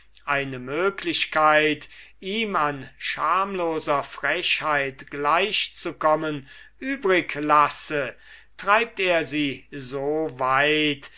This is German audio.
eine möglichkeit ihm an schamloser frechheit gleich zu kommen übrig lasse treibt er sie so weit